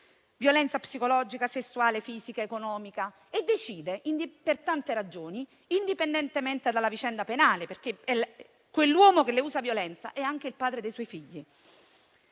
violenza psicologica, sessuale, fisica ed economica e decide, per tante ragioni, indipendentemente dalla vicenda penale perché l'uomo che le usa violenza è anche il padre dei suoi figli,